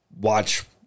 watch